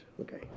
okay